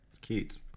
Cute